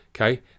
okay